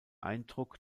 eindruck